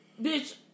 bitch